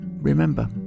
remember